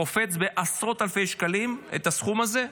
קופץ בעשרות אלפי שקלים הסכום הזה.